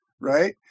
Right